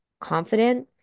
confident